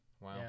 Wow